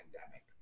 pandemic